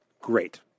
great